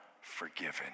forgiven